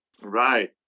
Right